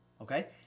okay